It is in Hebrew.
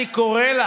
אני קורא לך: